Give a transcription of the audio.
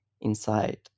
inside